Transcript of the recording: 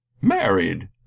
Married